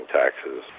taxes